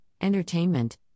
entertainment